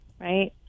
right